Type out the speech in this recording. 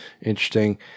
interesting